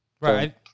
Right